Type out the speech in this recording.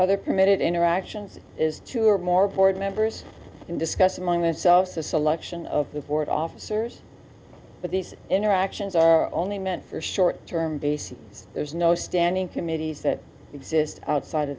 other permitted interactions is two or more board members can discuss among themselves the selection of the board officers but these interactions are only meant for short term d c there's no standing committees that exist outside